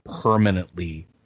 permanently